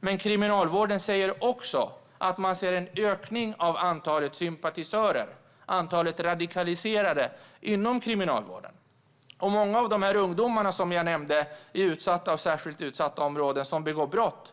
Men kriminalvården säger också att man ser en ökning av antalet sympatisörer och antalet radikaliserade inom kriminalvården - många av de ungdomar som jag nämnde i utsatta och särskilt utsatta områden som begår brott.